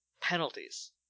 Penalties